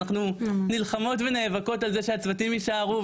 ואנחנו נלחמות ונאבקות על זה שהצוותים יישארו,